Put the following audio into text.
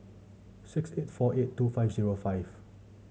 six eight four eight two five zero five